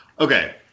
Okay